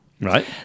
Right